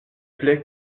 plais